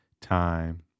time